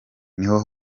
niho